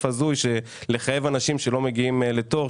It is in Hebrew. הזוי - לחייב אנשים שלא מגיעים לתור.